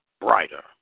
brighter